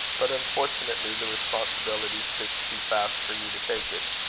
but unfortunately the responsibility sticks too fast for you to take it.